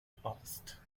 past